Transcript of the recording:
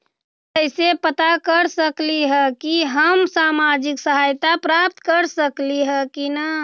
हम कैसे पता कर सकली ह की हम सामाजिक सहायता प्राप्त कर सकली ह की न?